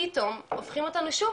פתאום הופכים אותנו שוב,